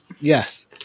Yes